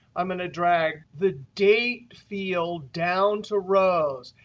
i'm going to drag the date field down to rows.